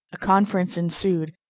a conference ensued,